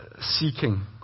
seeking